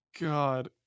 god